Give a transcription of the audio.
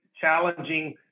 challenging